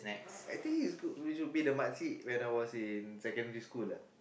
I think is good we should be the makcik when I was in secondary school ah